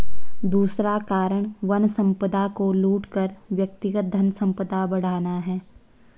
दूसरा कारण वन संपदा को लूट कर व्यक्तिगत धनसंपदा बढ़ाना है